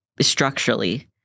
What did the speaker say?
structurally